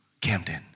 Camden